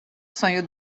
sonho